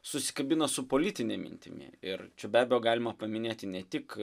susikabina su politine mintimi ir čia be abejo galima paminėti ne tik